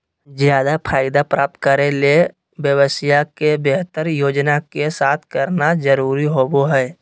ज्यादा फायदा प्राप्त करे ले व्यवसाय के बेहतर योजना के साथ करना जरुरी होबो हइ